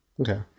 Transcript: Okay